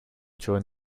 during